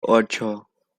ocho